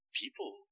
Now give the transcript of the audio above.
People